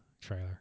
trailer